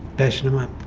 bashing them up.